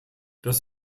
das